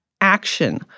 action